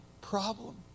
problem